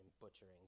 butchering